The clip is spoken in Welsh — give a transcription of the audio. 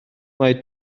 mae